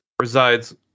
resides